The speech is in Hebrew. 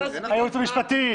את היועץ המשפטי,